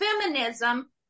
feminism